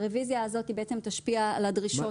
הרוויזיה הזאת בעצם תשפיע על הדרישות